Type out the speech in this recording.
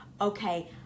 okay